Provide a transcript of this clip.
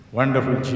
Wonderful